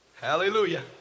hallelujah